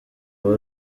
aba